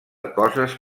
coses